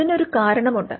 അതിന് ഒരു കാരണമുണ്ട്